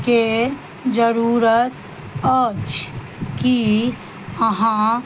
के जरूरत अछि की अहाँ